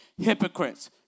hypocrites